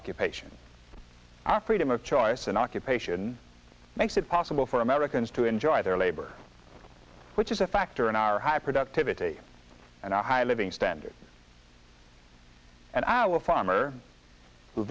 occupation after a time of choice and occupation makes it possible for americans to enjoy their labor which is a factor in our high productivity and our high living standards and our farmer who